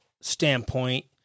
standpoint